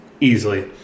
Easily